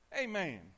Amen